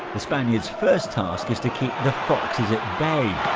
the spaniard's first task is to keep the foxes bay.